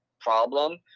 problem